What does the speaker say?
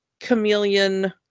chameleon